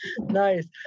Nice